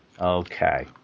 Okay